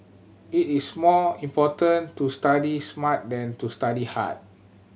it is more important to study smart than to study hard